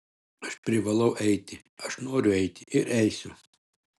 aš privalau eiti aš noriu eiti ir eisiu